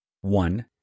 One